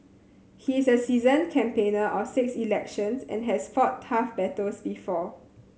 he is a seasoned campaigner of six elections and has fought tough battles before